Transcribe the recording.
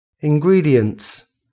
Ingredients